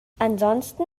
ansonsten